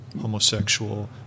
homosexual